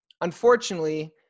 unfortunately